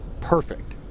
perfect